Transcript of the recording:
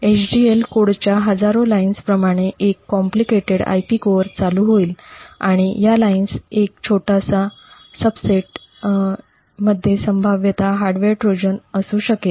HDL कोडच्या हजारो lines प्रमाणेच एक कॉम्प्लिकेटेड IP कोअर चालू होईल आणि या लाईन्सचा एक छोटासा उपसंचमध्ये संभाव्यतः हार्डवेअर ट्रोजन असू शकेल